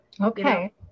Okay